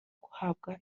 guhabwa